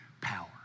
power